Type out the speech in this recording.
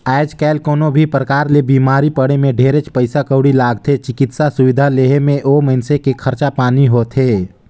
आयज कायल कोनो भी परकार ले बिमारी पड़े मे ढेरेच पइसा कउड़ी लागथे, चिकित्सा सुबिधा लेहे मे ओ मइनसे के खरचा पानी होथे